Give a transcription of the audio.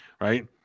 right